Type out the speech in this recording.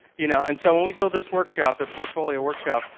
you know and so when we build this workshop. the portfolio workshop.